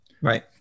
Right